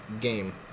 game